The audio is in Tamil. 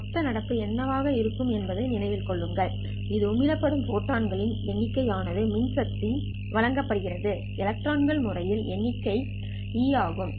மொத்த நடப்பு என்னவாக இருக்கும் என்பதை நினைவில் கொள்ளுங்கள் இது உமிழப்படும் ஃபோட்டான்களின் எண்ணிக்கை ஆனது மின்சக்தி வழங்கப்படுகின்ற எலக்ட்ரான்கள் முறைகளின் எண்ணிக்கை e ஆகும்